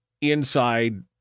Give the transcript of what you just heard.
inside